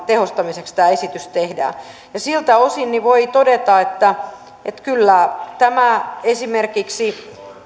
tehostamiseksi tämä esitys tehdään siltä osin voi todeta kyllä kuten esimerkiksi